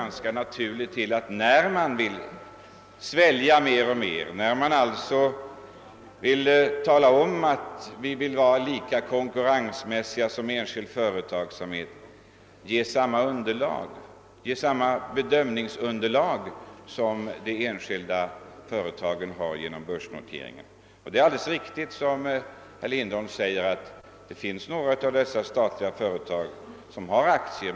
När man vill svälja mer och mer och talar om att man vill vara lika konkurrensmässig som den enskilda företagsamheten, är det ganska nturligt att det bör finnas samma bedömningsunderlag för ett statligt företag som för de enskilda företagen genom deras börsnoteringar. Det är alldeles riktigt som herr Lindholm säger att några av de statliga företagen har aktier.